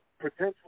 potentially